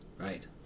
Right